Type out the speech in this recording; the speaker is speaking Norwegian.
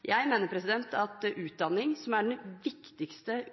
Jeg mener at det viktigste